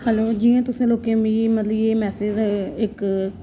hello जियां तुसें लोकें मिगी मतलब कि एह् मेसैज इक